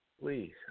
please